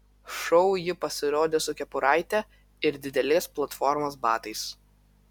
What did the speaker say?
šou ji pasirodė su kepuraite ir didelės platformos batais